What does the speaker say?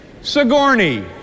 Sigourney